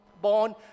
born